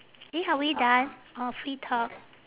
eh are we done orh free talk